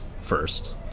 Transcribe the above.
first